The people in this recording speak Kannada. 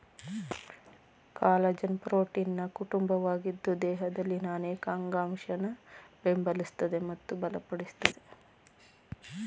ಕಾಲಜನ್ ಪ್ರೋಟೀನ್ನ ಕುಟುಂಬವಾಗಿದ್ದು ದೇಹದಲ್ಲಿನ ಅನೇಕ ಅಂಗಾಂಶನ ಬೆಂಬಲಿಸ್ತದೆ ಮತ್ತು ಬಲಪಡಿಸ್ತದೆ